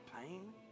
pain